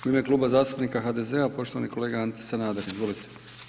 U ime Kluba zastupnika HDZ-a poštovani kolega Ante Sanader, izvolite.